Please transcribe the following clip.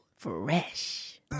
Fresh